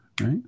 Right